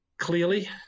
Clearly